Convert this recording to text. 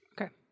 Okay